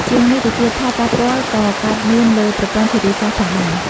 ជាងនេះទៅទៀត ផលប៉ះពាល់ក៏កើតមានលើ ប្រព័ន្ធធារាសាស្ត្រ ផងដែរ។